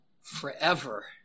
forever